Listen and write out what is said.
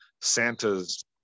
Santa's